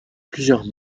plusieurs